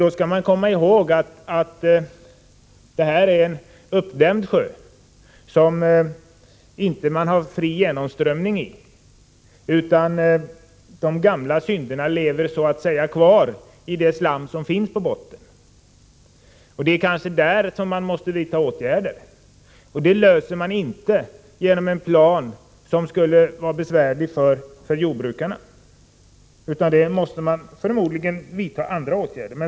Vi skall komma ihåg att Ringsjön är en uppdämd sjö, där det inte finns fri genomströmning, utan de gamla synderna så att säga lever kvar i det slam som finns på botten. Det är kanske mot detta som vi måste vidta åtgärder. Men det problemet löser man inte genom en plan som skulle vara besvärlig för jordbrukarna, utan förmodligen måste det vidtas andra åtgärder.